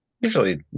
usually